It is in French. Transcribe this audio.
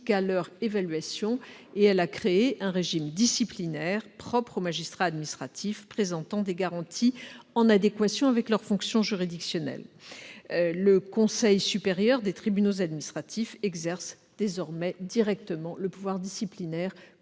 leur évaluation, et elle a créé un régime disciplinaire propre aux magistrats administratifs présentant des garanties en adéquation avec leurs fonctions juridictionnelles. Le Conseil supérieur des tribunaux administratifs exerce désormais directement le pouvoir disciplinaire